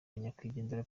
nyakwigendera